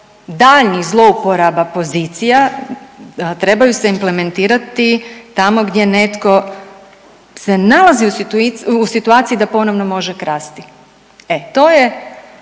daljnjih zlouporaba pozicija trebaju se implementirati tamo gdje netko se nalazi u situaciji da ponovno može krasti. E to je